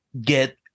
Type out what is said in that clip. get